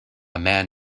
man